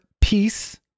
peace